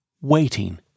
waiting